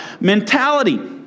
mentality